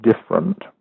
different